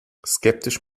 skeptisch